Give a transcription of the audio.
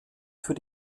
für